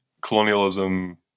colonialism